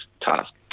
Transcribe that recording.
task